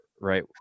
right